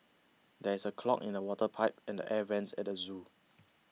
there is a clog in the water pipe and an Air Vents at the zoo